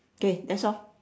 okay that's all